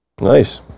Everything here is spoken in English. Nice